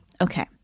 Okay